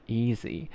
easy